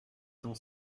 temps